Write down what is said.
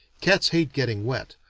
cats hate getting wet,